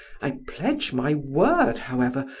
i pledge my word, however,